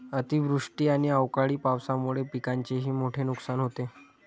अतिवृष्टी आणि अवकाळी पावसामुळे पिकांचेही मोठे नुकसान होते